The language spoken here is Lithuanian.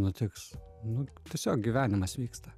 nutiks nu tiesiog gyvenimas vyksta